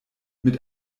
mit